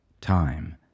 Time